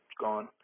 gone